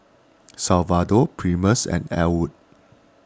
Salvador Primus and Ellwood